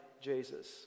Jesus